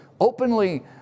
openly